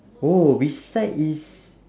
oh which side is